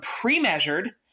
pre-measured